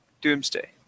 Doomsday